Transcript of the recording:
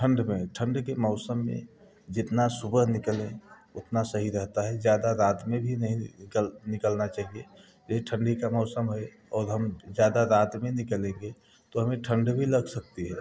ठंड में ठंड के मौसम में जितना सुबह निकालें उतना सही रहता है ज़्यादा रात में भी नहीं निकल निकलना चाहिए ये ठंडी का मौसम है और हम ज़्यादा रात में निकलेंगे तो हमें ठंड भी लग सकती है